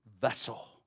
vessel